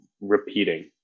repeating